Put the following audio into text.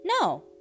No